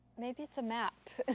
maybe it's a map.